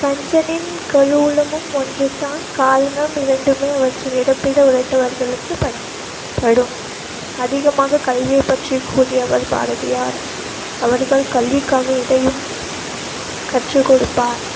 கஞ்சனின் கருவூலமும் ஒன்று தான் காரணம் இரண்டுமே அவற்றின் இருப்பிட உரைத்தவரைகளுக்கு பயன்படும் அதிகமாக கல்வியை பற்றி கூறியவர் பாரதியார் அவர்கள் கல்விக்காக எதையும் கற்று கொடுப்பார்